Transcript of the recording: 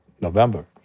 November